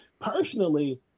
Personally